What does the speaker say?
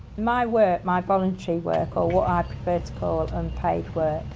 my work, my voluntary work, or what i prefer to call unpaid work,